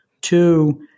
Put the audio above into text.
two